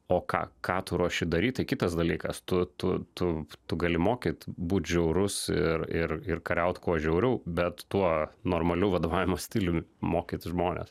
o ką ką tu ruoši daryttai kitas dalykas tu tu tu tu gali mokyt būt žiaurus ir ir ir kariaut kuo žiauriau bet tuo normaliu vadovavimo stiliumi mokyt žmones